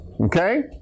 Okay